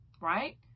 right